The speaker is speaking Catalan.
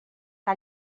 que